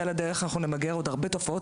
על הדרך אנחנו נמגר עוד הרבה תופעות